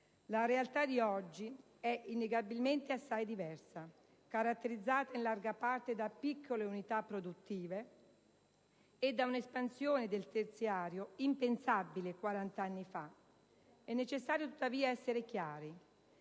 La realtà di oggi è innegabilmente assai diversa, caratterizzata in larga parte da piccole unità produttive e da un'espansione del terziario impensabile quarant'anni fa. È necessario tuttavia essere chiari.